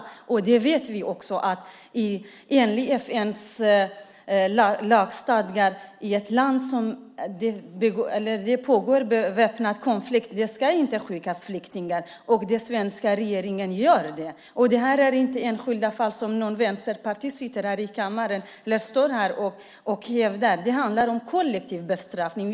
Enligt FN:s stadgar ska det inte skickas flyktingar till ett land där det pågår väpnad konflikt. Men den svenska regeringen gör det. Det här är inte enskilda fall som någon vänsterpartist sitter eller står här i kammaren och hävdar något om. Det handlar om kollektiv bestraffning.